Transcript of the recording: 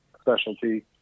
specialty